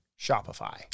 Shopify